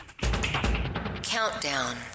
countdown